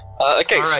okay